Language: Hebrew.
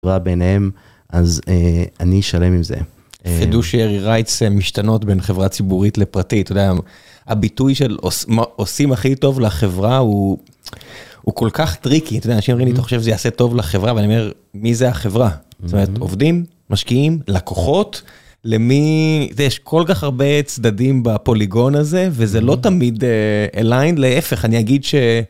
ביניהם אז אני שלם עם זה. חידושי רייטס משתנות בין חברה ציבורית לפרטית, הביטוי של עושים הכי טוב לחברה הוא, הוא כל כך טריקי את האנשים שאתה חושב שזה יעשה טוב לחברה ואני אומר מי זה החברה עובדים, משקיעים, לקוחות, למי יש כל כך הרבה צדדים בפוליגון הזה וזה לא תמיד אליין להיפך אני אגיד ש.